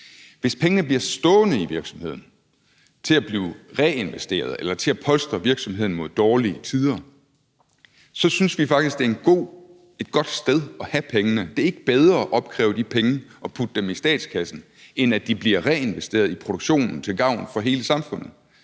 Hvis pengene bliver stående i virksomheden til at blive reinvesteret eller til at polstre virksomheden mod dårlige tider, synes vi faktisk, det er et godt sted at have pengene. Det er ikke bedre at opkræve de penge og putte dem i statskassen, end at de bliver reinvesteret i produktionen til gavn for hele samfundet.